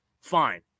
Fine